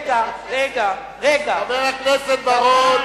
חבר הכנסת בר-און,